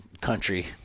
country